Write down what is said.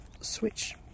switch